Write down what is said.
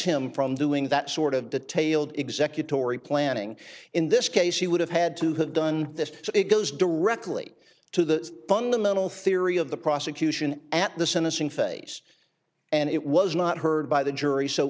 him from doing that sort of detailed executive ory planning in this case he would have had to have done this so it goes directly to the fundamental theory of the prosecution at the sentencing phase and it was not heard by the jury so